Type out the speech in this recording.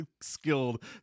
skilled